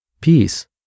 Peace